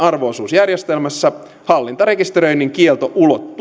arvo osuusjärjestelmässä hallintarekisteröinnin kielto ulottuu huonosti ulkomaille